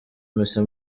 misa